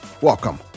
Welcome